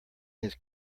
his